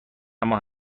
اما